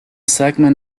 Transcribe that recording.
segment